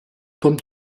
tom